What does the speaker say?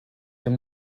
dem